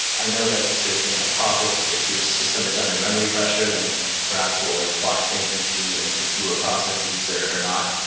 i know that there's been like talk if if your system is under memory pressure, then perhaps we'll like squash things into into fewer processes or or not.